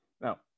Now